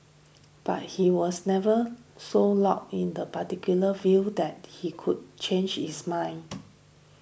but he was never so locked in the particular view that he could change his mind